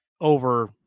over